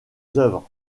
œuvres